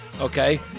Okay